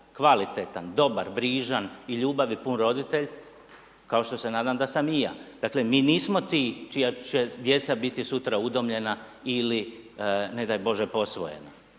kvalitetan, dobar, brižan i ljubavi pun roditelj, kao što se nadam da sam i ja. Dakle, mi nismo ti čija će djeca biti sutra udomljena ili ne daj bože posvojena,